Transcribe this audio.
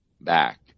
back